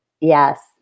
Yes